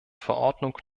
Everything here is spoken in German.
verordnung